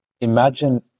imagine